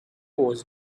was